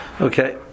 Okay